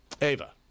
Ava